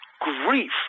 grief